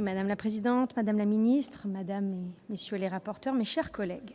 Madame la présidente, madame la secrétaire d'État, mes chers collègues,